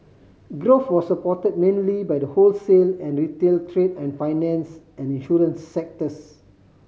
growth was supported mainly by the wholesale and retail trade and finance and insurance sectors